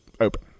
open